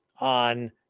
on